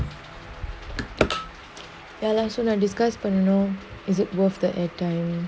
ya like sooner because you know is it worth the air time